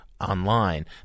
online